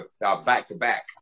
back-to-back